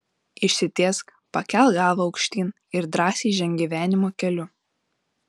išsitiesk pakelk galvą aukštyn ir drąsiai ženk gyvenimo keliu